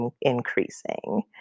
increasing